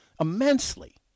Immensely